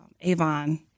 Avon